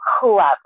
whoever